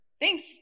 Thanks